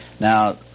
Now